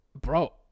Bro